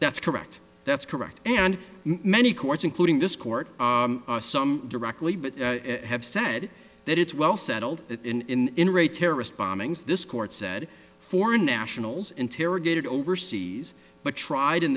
that's correct that's correct and many courts including this court some directly but have said that it's well settled in in re terrorist bombings this court said foreign nationals interrogated overseas but tried in